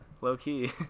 low-key